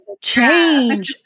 change